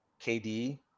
KD